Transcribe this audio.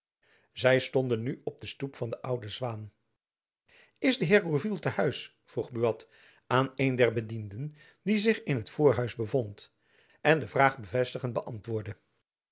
zy stonden nu op den stoep van de oude zwaen is de heer de gourville te huis vroeg buat aan een der bedienden die zich in t voorhuis bevond en de vraag bevestigend beantwoordde